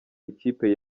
ikipe